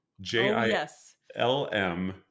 j-i-l-m